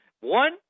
One